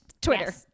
twitter